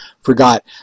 forgot